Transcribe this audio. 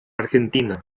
argentina